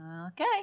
Okay